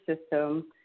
system